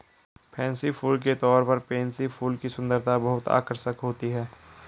fancy फूल के तौर पर पेनसी फूल की सुंदरता बहुत आकर्षक होती है